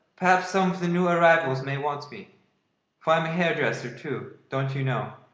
perhaps some of the new arrivals may want me. for i'm a hairdresser, too, don't you know.